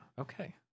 Okay